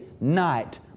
night